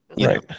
Right